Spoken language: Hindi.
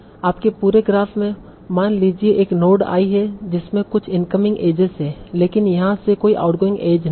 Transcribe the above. आपके पूरे ग्राफ में मान लीजिए एक नोड i है जिसमें कुछ इनकमिंग एजेस हैं लेकिन यहां से कोई आउटगोइंग एज नहीं है